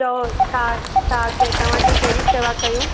चओ छा तव्हांजी कहिड़ी सेवा कयूं